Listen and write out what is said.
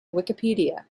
wikipedia